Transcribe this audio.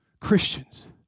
Christians